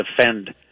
defend